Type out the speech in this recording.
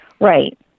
Right